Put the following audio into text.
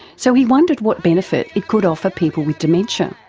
so he wondered what benefit it could offer people with dementia.